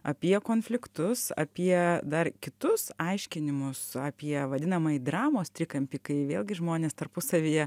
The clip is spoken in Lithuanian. apie konfliktus apie dar kitus aiškinimus apie vadinamąjį dramos trikampį kai vėlgi žmonės tarpusavyje